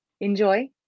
enjoy